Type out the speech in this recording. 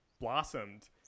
blossomed